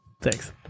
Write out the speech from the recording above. Thanks